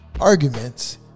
Arguments